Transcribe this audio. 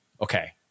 okay